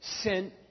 sent